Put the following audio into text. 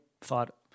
thought